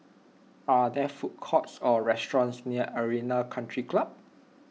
are there food courts or restaurants near Arena Country Club